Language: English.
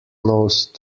nose